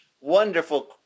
wonderful